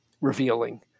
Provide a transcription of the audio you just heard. revealing